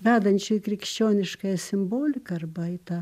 vedančio į krikščioniškąją simboliką arba į tą